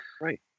Right